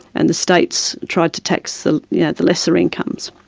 and the states tried to tax the yeah the lesser incomes.